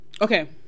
Okay